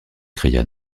cria